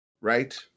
Right